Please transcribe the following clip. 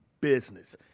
business